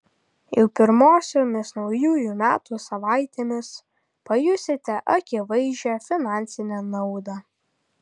jau pirmosiomis naujųjų metų savaitėmis pajusite akivaizdžią finansinę naudą